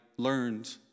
learned